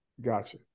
Gotcha